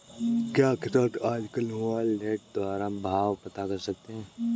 क्या किसान आज कल मोबाइल नेट के द्वारा भाव पता कर सकते हैं?